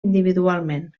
individualment